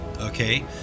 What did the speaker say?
Okay